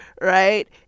right